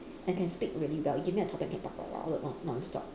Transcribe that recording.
I can speak really well if you give me a topic I can talk very long non non stop